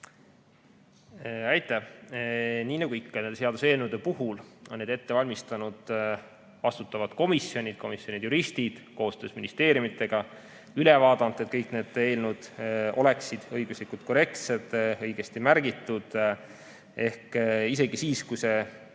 Aitäh! Nii nagu ikka nende seaduseelnõude puhul, on need ette valmistanud vastutavad komisjonid. Komisjonide juristid on koostöös ministeeriumidega üle vaadanud, et kõik need eelnõud oleksid õiguslikult korrektsed, õigesti märgitud. Ehk isegi siis, kui see